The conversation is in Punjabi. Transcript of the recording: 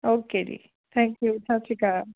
ਓਕੇ ਜੀ ਥੈਂਕ ਯੂ ਸਤਿ ਸ਼੍ਰੀ ਅਕਾਲ